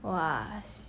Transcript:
!wah!